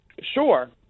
sure